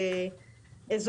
אולי להן נותנים פחות תשומת לב,